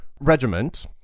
Regiment